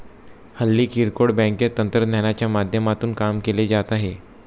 हल्ली किरकोळ बँकेत तंत्रज्ञानाच्या माध्यमातून काम केले जात आहे